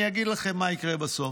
אני אגיד לכם מה יקרה בסוף: